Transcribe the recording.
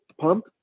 Pump